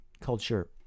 culture